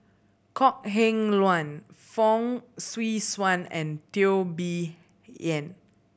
Kok Heng Leun Fong Swee Suan and Teo Bee Yen